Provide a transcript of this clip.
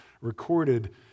recorded